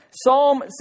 Psalm